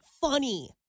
funny